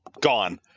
gone